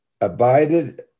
abided